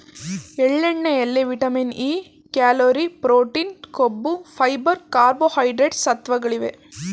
ಎಳ್ಳೆಣ್ಣೆಯಲ್ಲಿ vitamin E, calorie, protein, ಕೊಬ್ಬು, fibre, carbohydrates ಸತ್ವಗಳಿವೆ